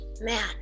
man